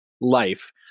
life